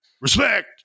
respect